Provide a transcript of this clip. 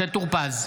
משה טור פז,